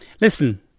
listen